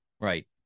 Right